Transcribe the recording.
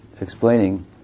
explaining